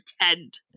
pretend